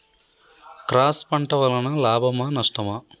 Cross పంట వలన లాభమా నష్టమా?